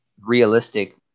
realistic